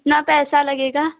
कितना पैसा लगेगा